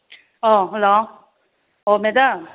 hello ꯑꯣ madam